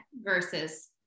versus